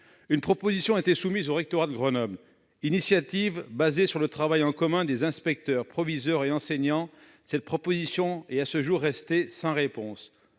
Une proposition a été soumise au rectorat de Grenoble, initiative fondée sur le travail en commun des inspecteurs, proviseurs et enseignants. Cette proposition est, à ce jour, restée sans réponse.